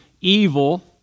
evil